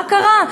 מה קרה?